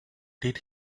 did